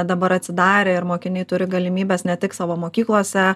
dabar atsidarė ir mokiniai turi galimybes ne tik savo mokyklose